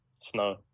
Snow